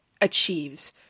achieves